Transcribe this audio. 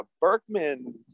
Berkman